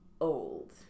old